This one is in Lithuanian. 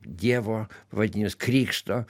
dievo pavaldinius krikšto